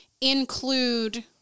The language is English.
include